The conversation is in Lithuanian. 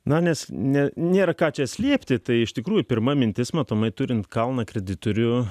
na nes net nėra ką čia slėpti tai iš tikrųjų pirma mintis matomai turint kalną kreditorių